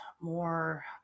more